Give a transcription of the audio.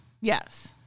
Yes